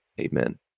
amen